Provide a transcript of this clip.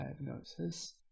diagnosis